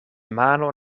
mano